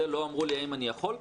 לא אמרו לי האם אני יכול',